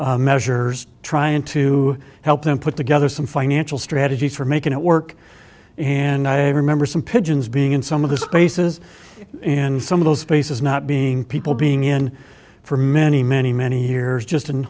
tape measures trying to help them put together some financial strategy for making it work and i remember some pigeons being in some of the spaces in some of those spaces not being people being in for many many many years just in